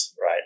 right